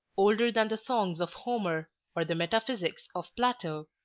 older than the songs of homer or the metaphysics of plato,